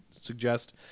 suggest